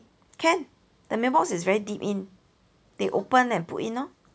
can the mailbox is very deep in they open and put in lor